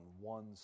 one